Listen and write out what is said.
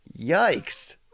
Yikes